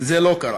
זה לא קרה.